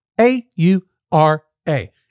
A-U-R-A